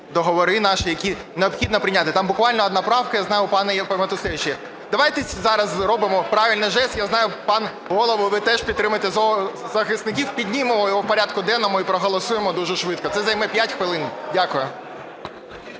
договори наші, які необхідно прийняти. Там буквально одна правка, я знаю, у пана Матусевича є. Давайте зараз зробимо правильний жест. Я знаю, пане Голово, ви теж підтримуєте зоозахисників. Піднімемо його в порядку денному і проголосуємо дуже швидко, це займе 5 хвилин. Дякую.